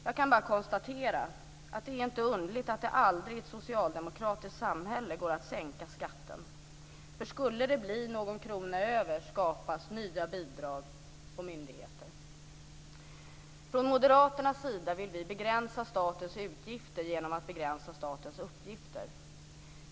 Jag kan bara konstatera att det inte är underligt att det aldrig i ett socialdemokratiskt samhälle går att sänka skatten, för skulle det bli någon krona över skapas nya bidrag och myndigheter. Från moderaternas sida vill vi begränsa statens utgifter genom att begränsa statens uppgifter.